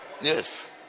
Yes